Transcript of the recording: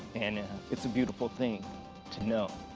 and it's a beautiful thing to know.